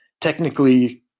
technically